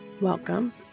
welcome